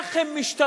איך הם משתלחים